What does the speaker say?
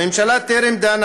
הממשלה טרם דנה